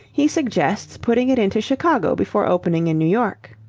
he suggests putting it into chicago before opening in new york.